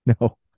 No